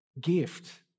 gift